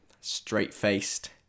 straight-faced